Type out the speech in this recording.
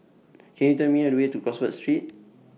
Can YOU Tell Me The Way to Crawford Street